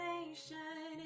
Nation